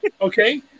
Okay